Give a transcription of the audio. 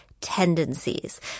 tendencies